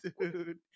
Dude